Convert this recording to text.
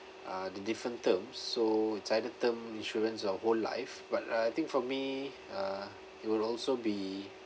uh the different terms so it's either term insurance or whole life but uh I think for me uh it would also be